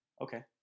Okay